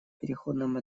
переходном